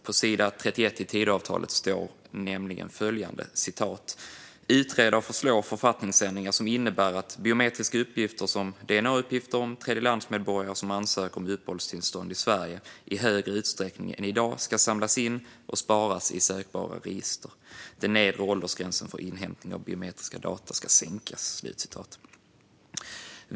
På sidan 31 i Tidöavtalet står det nämligen att man ska "utreda och föreslå författningsändringar som innebär att biometriska uppgifter som DNA-uppgifter om tredjelandsmedborgare som ansöker om uppehållstillstånd i Sverige i högre utsträckning än i dag ska samlas in och sparas i sökbara register. Den nedre åldersgränsen för inhämtning av biometriska data ska sänkas."